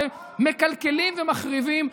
ומקלקלים ומחריבים.